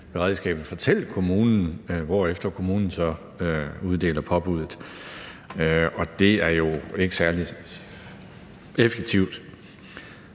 beredskabet fortælle det til kommunen, hvorefter kommunen så uddeler påbuddet. Det er jo ikke særlig effektivt.